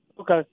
Okay